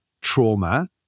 trauma